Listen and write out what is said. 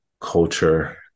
culture